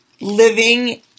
living